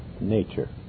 nature